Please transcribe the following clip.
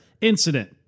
incident